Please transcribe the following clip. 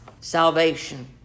salvation